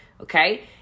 okay